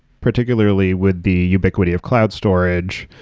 particularly with the ubiquity of cloud storage,